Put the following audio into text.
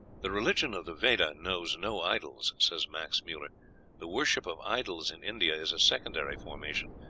the religion of the veda knows no idols, says max muller the worship of idols in india is a secondary formation,